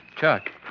Chuck